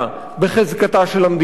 למדינה אין שום אחריות עליו,